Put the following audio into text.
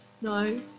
No